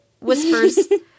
whispers